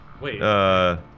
Wait